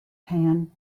pan